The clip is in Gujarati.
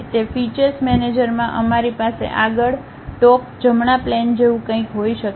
તે ફીચૅસ મેનેજરમાં અમારી પાસે આગળ ટોપ જમણા પ્લેન જેવું કંઈક હોઈ શકે છે